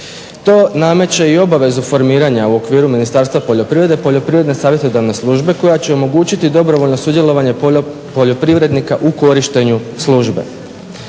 To nameće i obvezu formiranja u okviru Ministarstva poljoprivrede Poljoprivredne savjetodavne službe koja će omogućiti dobrovoljno sudjelovanje poljoprivrednika u korištenju službe.